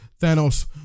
Thanos